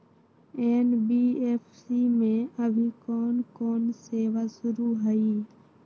NBFC में अभी कोन कोन सेवा शुरु हई?